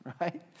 right